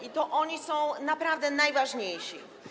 i to oni są naprawdę najważniejsi.